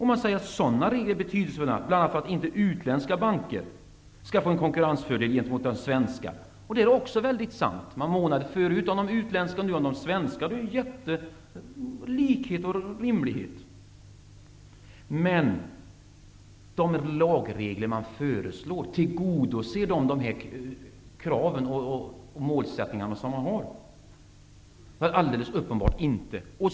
Man säger att sådana regler är betydelsefulla bl.a. för att inte utländska banker skall få en konkurrensfördel gentemot de svenska. Det är också mycket sant. Man månade förut om de utländska bankerna, och nu månar man om de svenska. Det är rimligt med en likhet. Men tillgodoser de lagregler man föreslår dessa krav och de målsättningar man har? Det gör de alldeles uppenbart inte.